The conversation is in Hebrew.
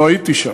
לא הייתי שם.